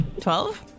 Twelve